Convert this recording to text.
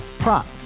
Prop